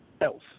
else